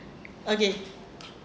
okay